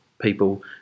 people